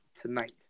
tonight